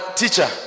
teacher